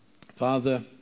father